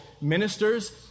ministers